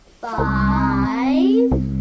five